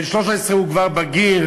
בן 13 הוא כבר בגיר,